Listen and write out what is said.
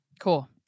Cool